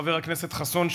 חבר הכנסת חסון,